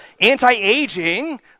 anti-aging